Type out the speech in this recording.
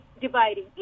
dividing